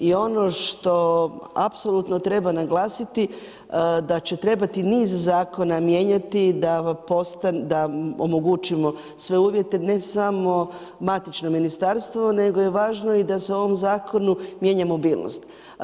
I ono što apsolutno treba naglasiti da će trebati niz zakona mijenjati da omogućimo sve uvjete, ne samo matično ministarstvo nego je važno i da se ovom zakonu mijenja mobilnost.